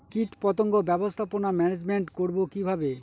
কীটপতঙ্গ ব্যবস্থাপনা ম্যানেজমেন্ট করব কিভাবে?